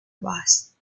boss